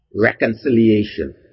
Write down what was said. reconciliation